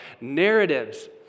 narratives